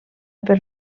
per